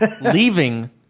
leaving